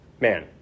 man